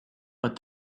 but